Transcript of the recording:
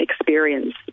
experience